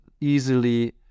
easily